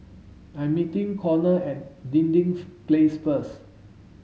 I'm meeting Conner and Dinding Place first